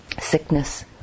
sickness